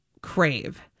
crave